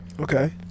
Okay